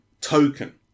token